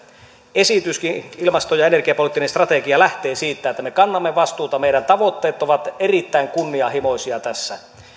esityskin ilmasto ja energiapoliittinen strategia lähtee siitä että me kannamme vastuuta meidän tavoitteemme ovat erittäin kunnianhimoisia tässä